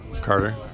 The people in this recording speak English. Carter